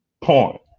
point